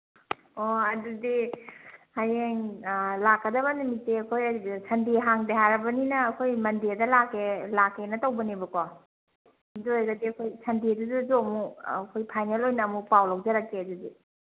ꯑꯣ ꯑꯗꯨꯗꯤ ꯍꯌꯦꯡ ꯂꯥꯛꯀꯗꯕ ꯅꯨꯃꯤꯠꯁꯦ ꯑꯩꯈꯣꯏ ꯁꯟꯗꯦ ꯍꯥꯡꯗꯦ ꯍꯥꯏꯔꯕꯅꯤꯅ ꯑꯩꯈꯣꯏ ꯃꯟꯗꯦꯗ ꯂꯥꯛꯀꯦꯅ ꯇꯧꯕꯅꯦꯕꯀꯣ ꯑꯗꯨ ꯑꯣꯏꯔꯒꯗꯤ ꯑꯩꯈꯣꯏ ꯁꯟꯗꯦꯗꯨꯗꯁꯨ ꯑꯃꯨꯛ ꯐꯥꯏꯅꯦꯜ ꯑꯣꯏꯅ ꯑꯃꯨꯛ ꯄꯥꯎ ꯂꯧꯖꯔꯛꯀꯦ ꯑꯗꯨꯗꯤ